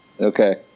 Okay